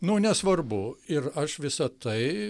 nu nesvarbu ir aš visa tai